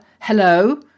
hello